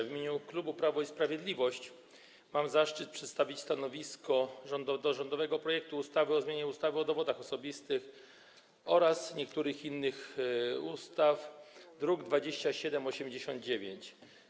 W imieniu klubu Prawo i Sprawiedliwość mam zaszczyt przedstawić stanowisko odnośnie do rządowego projektu ustawy o zmianie ustawy o dowodach osobistych oraz niektórych innych ustaw, druk nr 2789.